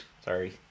sorry